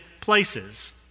places